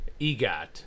EGOT